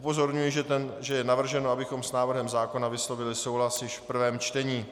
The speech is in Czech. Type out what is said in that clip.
Upozorňuji, že je navrženo, abychom s návrhem zákona vyslovili souhlas již v prvém čtení.